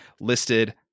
listed